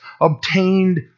obtained